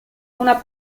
una